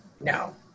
no